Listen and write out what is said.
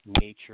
nature